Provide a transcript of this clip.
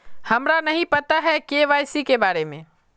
हमरा नहीं पता के.वाई.सी के बारे में?